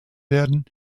werden